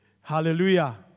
Hallelujah